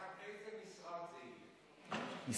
שמעכשיו במדורג, בשלוש-ארבע-חמש השנים הקרובות,